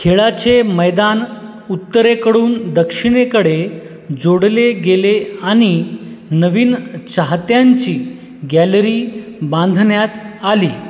खेळाचे मैदान उत्तरेकडून दक्षिणेकडे जोडले गेले आणि नवीन चाहत्यांची गॅलरी बांधण्यात आली